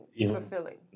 fulfilling